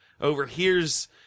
overhears